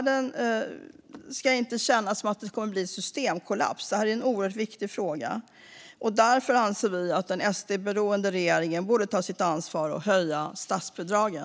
Det ska inte kännas som om välfärden står inför en systemkollaps. Det här är en oerhört viktig fråga, och därför anser vi att den SD-beroende regeringen borde ta sitt ansvar och höja statsbidragen.